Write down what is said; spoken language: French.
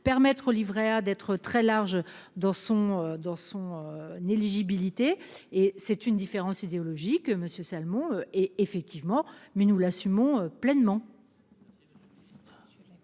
permettre au Livret A d'être très large dans son dans son n'éligibilité et c'est une différence idéologique Monsieur Salmon et effectivement mais nous l'assumons pleinement.